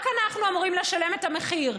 רק אנחנו אמורים לשלם את המחיר.